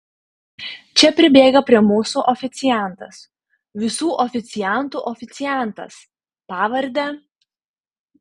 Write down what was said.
čia pribėga prie mūsų oficiantas visų oficiantų oficiantas pavarde